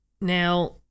Now